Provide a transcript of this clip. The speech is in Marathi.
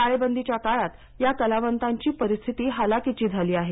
टाळेबंदीच्या काळात या कलावंतांची परिस्थिती हलाखीची झाली आहे